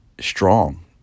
strong